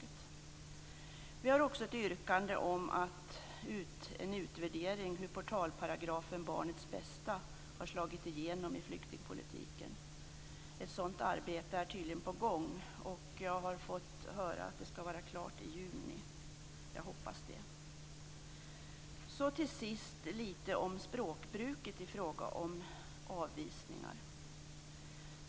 Miljöpartiet har också ett yrkande om en utvärdering av hur portalparagrafen om barnets bästa har slagit igenom i flyktingpolitiken. Ett sådant arbete är tydligen på gång, och jag har fått höra att det skall vara klart i juni. Jag hoppas det. Till sist några ord om språkbruket i samband med avvisningar.